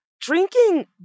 drinking